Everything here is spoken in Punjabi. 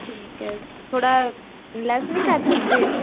ਠੀਕ ਹੈ ਥੋੜ੍ਹਾ ਲੈਸ ਨਹੀਂ ਕਰ ਸਕਦੇ